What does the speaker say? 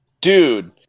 Dude